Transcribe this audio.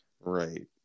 Right